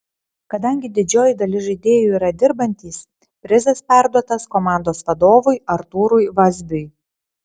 kadangi didžioji dalis žaidėjų yra dirbantys prizas perduotas komandos vadovui artūrui vazbiui